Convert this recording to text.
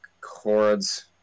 chords